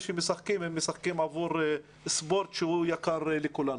שמשחקים משחקים עבור ספורט שהוא יקר לכולנו.